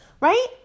right